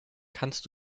kannst